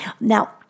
Now